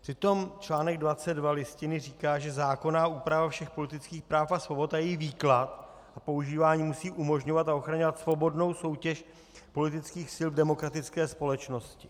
Přitom článek 22 Listiny říká, že zákonná úprava všech politických práv a svobod a její výklad k používání musí umožňovat a ochraňovat svobodnou soutěž politických sil v demokratické společnosti.